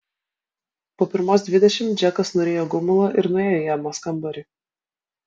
po pirmos dvidešimt džekas nurijo gumulą ir nuėjo į emos kambarį